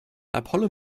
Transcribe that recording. apollo